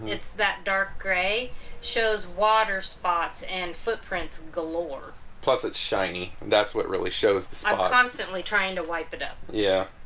it's that dark grey shows water spots and footprints galore plus it's shiny. that's what really shows the spa constantly trying to wipe it up yeah,